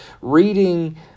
reading